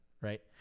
right